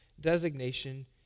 designation